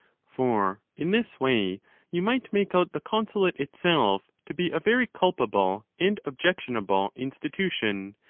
for in this way you might make out the consulate itself to be a very culpable and objectionable institution,